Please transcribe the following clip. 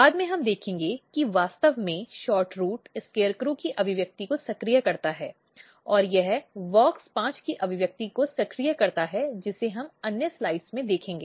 बाद में हम देखेंगे कि वास्तव में SHORTROOT SCARECROW की अभिव्यक्ति को सक्रिय करता है और यह WOX 5 की अभिव्यक्ति को सक्रिय करता है जिसे हम अन्य स्लाइड्स में देखेंगे